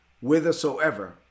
whithersoever